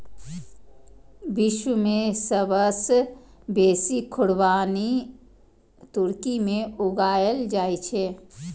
विश्व मे सबसं बेसी खुबानी तुर्की मे उगायल जाए छै